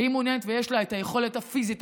שהיא מעוניינת ויש לה את היכולת הפיזית,